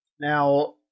Now